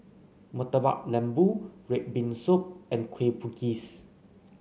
Murtabak Lembu red bean soup and Kueh Bugis